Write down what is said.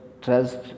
trust